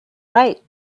write